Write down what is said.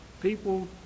people